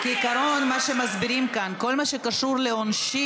71 חברי כנסת בעד,